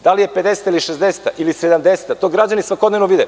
Da li je 50-ta ili 60-ta ili 70-ta, to građani svakodnevno vide.